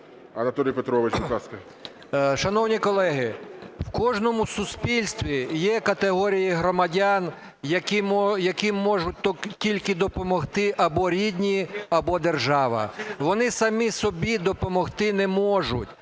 Шановні колеги, в кожному суспільстві є категорії громадян, яким можуть тільки допомогти або рідні, або держава. Вони самі собі допомогти не можуть,